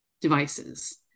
devices